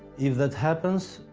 if that happens,